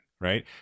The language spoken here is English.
right